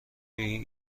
این